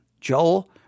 Joel